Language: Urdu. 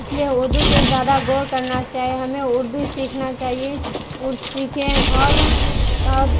اس لیے اردو پہ زیادہ غور کرنا چاہیے ہمیں اردو سیکھنا چاہیے سیکھیں اور اور